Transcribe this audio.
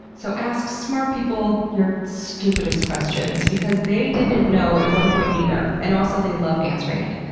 so ask smart people your stupidest questions because they didn't know at one point, either. and also, they love answering it.